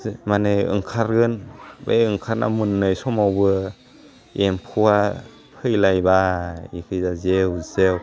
जे माने ओंखारगोन बे ओंखारना मोन्नाय समावबो एम्फौवा फैलायबाय बेफोरा जेव जेव